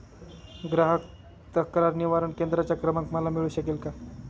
ग्राहक तक्रार निवारण केंद्राचा क्रमांक मला मिळू शकेल का?